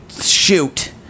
Shoot